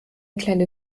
kleine